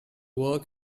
work